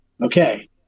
Okay